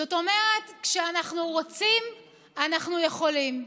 זאת אומרת, כשאנחנו רוצים אנחנו יכולים.